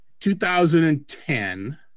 2010